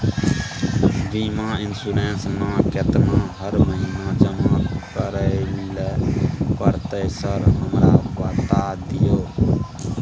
बीमा इन्सुरेंस ना केतना हर महीना जमा करैले पड़ता है सर हमरा बता दिय?